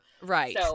Right